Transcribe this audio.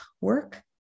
work